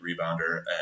rebounder